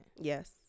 Yes